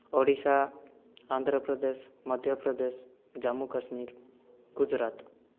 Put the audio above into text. Odisha Andhra Pradesh Madhya Pradesh Jammu Kashmir Gujarat